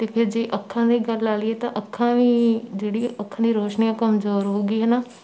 ਅਤੇ ਫਿਰ ਜੇ ਅੱਖਾਂ ਦੇ ਗਲ ਲਗਾ ਲਈਏ ਤਾਂ ਅੱਖਾਂ ਵੀ ਜਿਹੜੀ ਅੱਖ ਨੇ ਰੋਸ਼ਨੀ ਹੈ ਕਮਜ਼ੋਰ ਹੋਵੇਗੀ ਹੈ ਨਾ